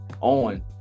on